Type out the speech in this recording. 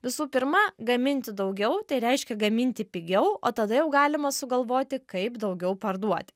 visų pirma gaminti daugiau tai reiškia gaminti pigiau o tada jau galima sugalvoti kaip daugiau parduoti